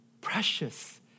Precious